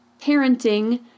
parenting